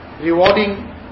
rewarding